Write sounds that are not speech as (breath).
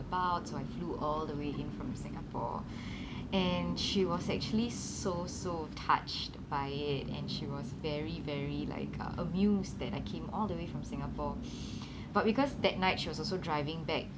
about so I flew all the way in from singapore (breath) and she was actually so so touched by it and she was very very like uh amused that I came all the way from singapore (breath) but because that night she was also driving back